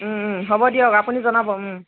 হ'ব দিয়ক আপুনি জনাব